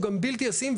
הוא גם בלתי ישים.